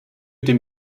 dem